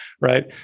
right